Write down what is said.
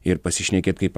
ir pasišnekėt kaip